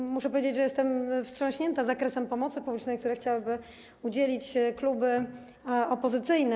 I muszę powiedzieć, że jestem wstrząśnięta zakresem pomocy publicznej, jakiej chciałyby udzielić kluby opozycyjne.